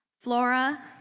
Flora